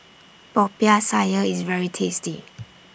Popiah Sayur IS very tasty